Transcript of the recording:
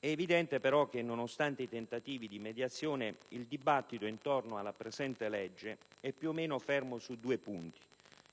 evidente che, nonostante i tentativi di mediazione, il dibattito intorno alla presente legge è più o meno fermo su due punti: